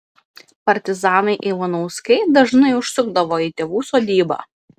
partizanai ivanauskai dažnai užsukdavo į tėvų sodybą